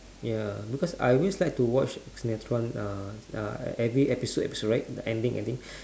ya because I always like to watch sinetron uh uh every episode's right the ending ending